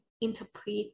interpret